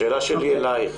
השאלה שלי אלייך,